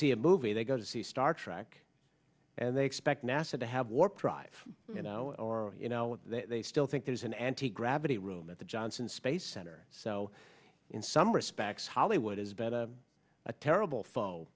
see a movie they go to see star trek and they expect nasa to have warp drive you know or you know they still think there's an anti gravity room at the johnson space center so in some respects hollywood is better a terrible